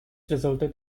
resulted